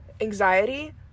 anxiety